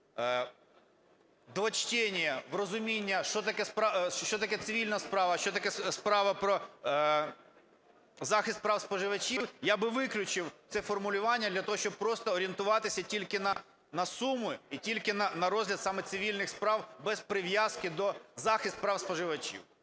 двочтения у розуміння, що таке цивільна справа, що таке справа про захист прав споживачів, я би виключив це формулювання для того, щоб просто орієнтуватися тільки на суми і тільки на розгляд саме цивільних справ без прив'язки до захисту прав споживачів.